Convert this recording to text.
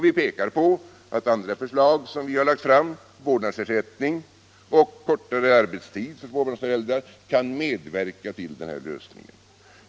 Vi pekar på att andra förslag som vi har lagt fram, vårdnadsersättning och kortare arbetstid för småbarnsföräldrar, kan medverka till denna lösning.